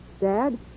Dad